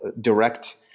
direct